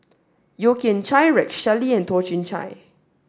Yeo Kian Chai Rex Shelley and Toh Chin Chye